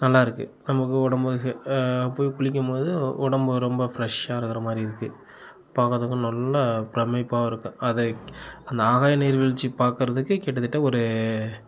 நல்லா இருக்குது நம்மளுக்கும் உடம்பும் ஹெல் போய் குளிக்கும்போது உடம்பு ரொம்ப ஃப்ரெஷ்ஷாக இருக்கிற மாதிரி இருக்குது பார்க்குறதுக்கும் நல்லா பிரமிப்பாகவும் இருக்குது அதை அந்த ஆகாய நீர்வீழ்ச்சி பார்க்குறதுக்கு கிட்டத்திட்ட ஒரு